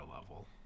level